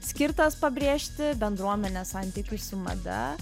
skirtas pabrėžti bendruomenės santykiui su mada